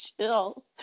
chill